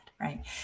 right